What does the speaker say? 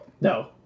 No